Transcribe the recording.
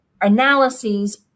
analyses